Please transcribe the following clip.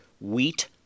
wheat